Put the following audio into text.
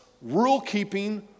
rule-keeping